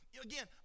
again